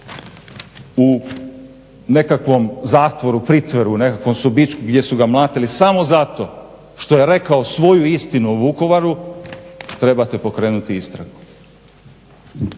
u nekakvom zatvoru, pritvoru, nekakvom sobičku gdje su ga mlatili samo zato što je rekao svoju istinu o Vukovaru, trebate pokrenuti istragu.